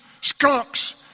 skunks